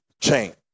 Change